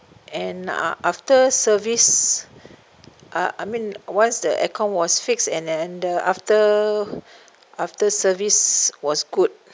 and a~ after service uh I mean once the aircon was fixed and then the after after service was good